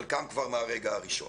חלקם כבר מהרגע הראשון.